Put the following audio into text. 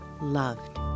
loved